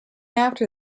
after